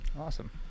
Awesome